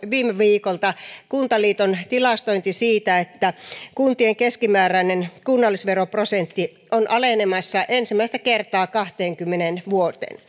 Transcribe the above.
viime viikolta kuntaliiton tilastointi siitä että kuntien keskimääräinen kunnallisveroprosentti on alenemassa ensimmäistä kertaa kahteenkymmeneen vuoteen